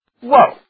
whoa